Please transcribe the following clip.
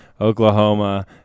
Oklahoma